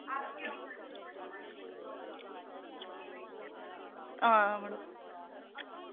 आं मड़ो